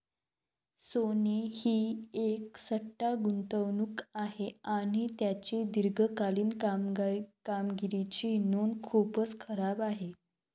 सोने ही एक सट्टा गुंतवणूक आहे आणि त्याची दीर्घकालीन कामगिरीची नोंद खूपच खराब आहे